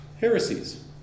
heresies